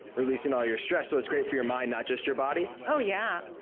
releasing all your stress, so it's great for your mind, not just your body? oh, yeah.